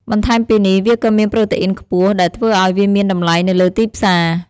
បន្ថែមពីនេះវាក៏មានប្រូតេអ៊ីនខ្ពស់ដែលធ្វើឲ្យវាមានតម្លៃនៅលើទីផ្សារ។